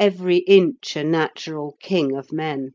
every inch a natural king of men.